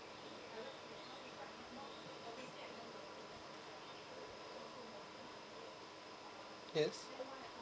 yes